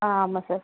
ஆ ஆமாம் சார்